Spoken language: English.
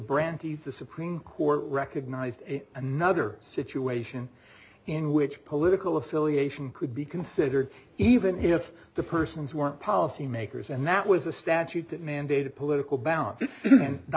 brandy the supreme court recognized another situation in which political affiliation could be considered even if the persons weren't policymakers and that was a statute that mandated political balance in the